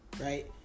Right